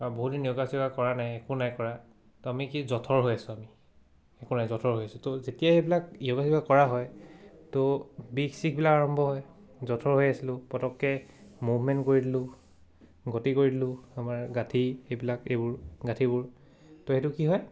বা বহুত দিন য়োগা চগা কৰা নাই একো নাই কৰা ত' আমি কি জথৰ হৈ আছোঁ আমি একো নাই জথৰ হৈ আছোঁ ত' যেতিয়া সেইবিলাক য়োগা চগা কৰা হয় ত' বিষ চিষবিলাক আৰম্ভ হয় জথৰ হৈ আছিলোঁ পটককৈ মুভমেণ্ট কৰি দিলোঁ গতি কৰি দিলোঁ আমাৰ গাঁঠি সেইবিলাক এইবোৰ গাঁঠিবোৰ ত' সেইটো কি হয়